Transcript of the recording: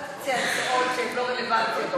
אל תציע הצעות שהן לא רלוונטיות.